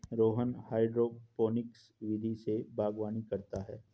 Rohan hydroponics विधि से बागवानी करता है